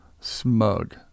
smug